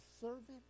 servant